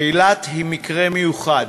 אילת היא מקרה מיוחד,